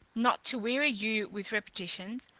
not to weary you with repetitions,